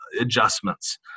adjustments